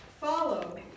follow